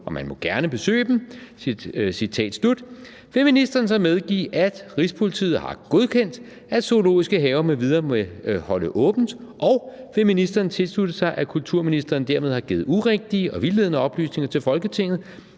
og man må gerne besøge dem«, vil ministeren så medgive, at Rigspolitiet har godkendt, at zoologiske haver m.v. må holde åbent, og vil ministeren tilslutte sig, at kulturministeren dermed har givet urigtige og vildledende oplysninger til Folketinget,